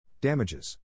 Damages